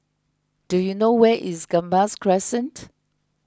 do you know where is Gambas Crescent